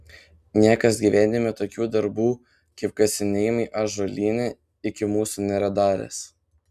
niekas gyvenime tokių darbų kaip kasinėjimai ąžuolyne iki mūsų nėra daręs